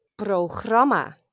Programma